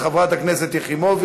הצעת חוק הגנת הצרכן (תיקון,